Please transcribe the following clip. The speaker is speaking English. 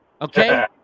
Okay